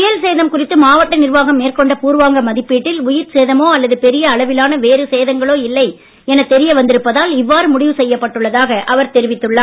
புயல் சேதம் குறித்து நிர்வாகம் மேற்கொண்ட மாவட்ட மதிப்பீட்டில் உயிர்ச்சேதமோ அல்லது பெரிய அளவிலான வேறு சேதங்களோ இல்லை என தெரியவந்திருப்பதால் இவ்வாறு முடிவு செய்யப்பட்டுள்ளதாக அவர் தெரிவித்துள்ளார்